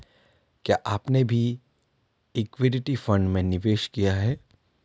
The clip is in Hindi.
क्या आपने भी इक्विटी फ़ंड में निवेश किया है?